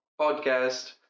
podcast